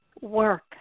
work